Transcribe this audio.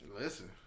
Listen